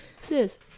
Sis